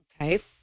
Okay